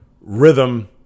rhythm